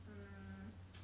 mm